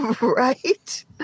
Right